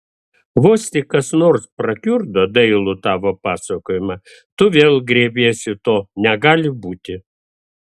vos tik kas nors prakiurdo dailų tavo pasakojimą tu vėl griebiesi to negali būti